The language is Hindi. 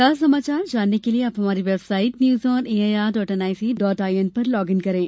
ताजा समाचार जानने के लिए आप हमारी website news on A I R dot N I C dot I N पर लॉग इन करें